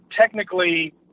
technically